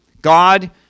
God